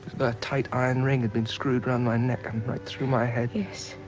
a tight, iron ring had been screwed around my neck and right through my head. yes.